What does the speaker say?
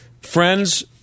friends